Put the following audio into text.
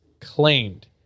claimed